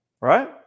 Right